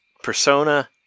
Persona